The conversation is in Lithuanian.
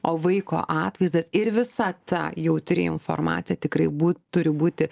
o vaiko atvaizdas ir visa ta jautri informacija tikrai būt turi būti